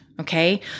okay